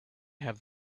have